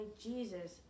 Jesus